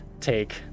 take